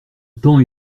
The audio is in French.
temps